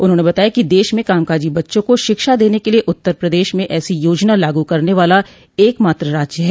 उन्होंने बताया कि देश में कामकाजी बच्चों को शिक्षा देने के लिये उत्तर प्रदेश में ऐसी योजना लागू करने वाला एक मात्र राज्य है